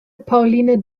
pauline